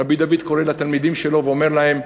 רבי דוד קורא לתלמידים שלו ואומר להם,